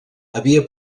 havia